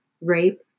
rape